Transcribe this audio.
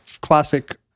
classic